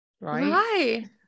right